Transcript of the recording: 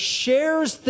shares